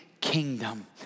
kingdom